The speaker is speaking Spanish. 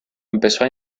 empezó